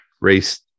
race